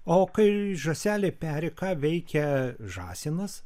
o kai žąselė peri ką veikia žąsinas